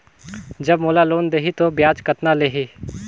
जब मोला लोन देही तो ब्याज कतना लेही?